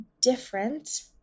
different